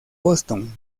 boston